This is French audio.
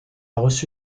reçu